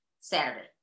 Saturday